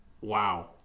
Wow